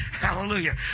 Hallelujah